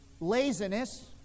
laziness